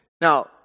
Now